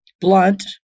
blunt